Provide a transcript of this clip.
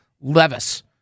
Levis